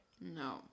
no